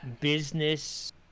business